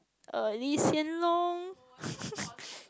uh Lee-Hsien-Loong